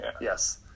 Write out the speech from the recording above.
Yes